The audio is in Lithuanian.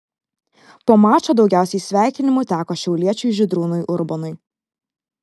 po mačo daugiausiai sveikinimų teko šiauliečiui žydrūnui urbonui